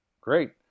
great